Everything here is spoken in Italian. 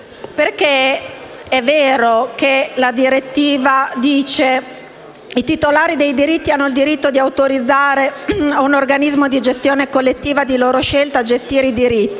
n. 26 del 2014 afferma che i titolari dei diritti hanno il diritto di autorizzare un organismo di gestione collettiva di loro scelta a gestire i diritti,